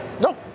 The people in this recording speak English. No